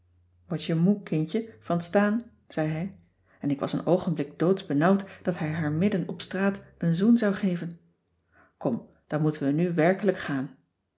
word je moe kindje van t staan zei hij en ik was een oogenblik doodsbenauwd dat hij haar midden op straat een zoen zou geven kom dan moeten we nu werkelijk gaan